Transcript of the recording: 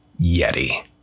yeti